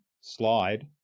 slide